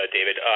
David